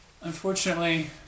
Unfortunately